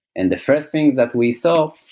and the first thing that we saw,